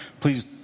please